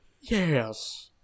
Yes